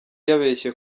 yabeshye